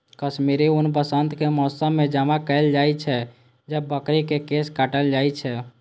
कश्मीरी ऊन वसंतक मौसम मे जमा कैल जाइ छै, जब बकरी के केश काटल जाइ छै